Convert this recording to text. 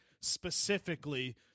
specifically